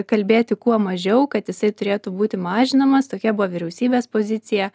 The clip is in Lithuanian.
kalbėti kuo mažiau kad jisai turėtų būti mažinamas tokia buvo vyriausybės pozicija